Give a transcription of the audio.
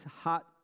hot